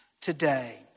today